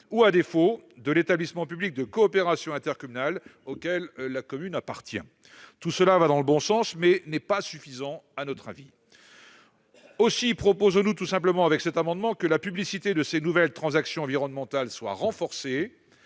sur celui de l'établissement public de coopération intercommunale auquel ladite commune appartient. Tout cela va dans le bon sens, mais ne nous semble pas suffisant. Aussi proposons-nous tout simplement, au travers de cet amendement, que la publicité de ces nouvelles transactions environnementales soit renforcée